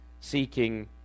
seeking